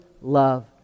love